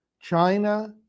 China